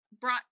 brought